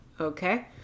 okay